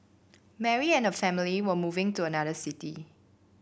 Mary and her family were moving to another city